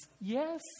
yes